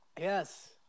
Yes